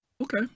okay